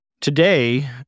Today